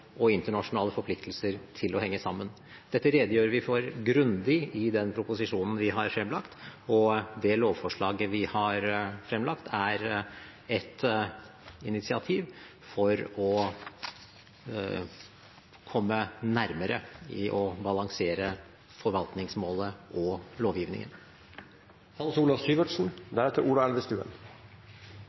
og internasjonale forpliktelser til å henge sammen. Dette redegjorde vi grundig for i den proposisjonen vi har fremlagt, og det lovforslaget vi har fremlagt, er et initiativ for å komme nærmere i å balansere forvaltningsmålet og lovgivningen. Hans Olav